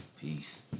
Peace